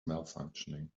malfunctioning